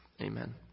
Amen